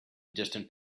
distant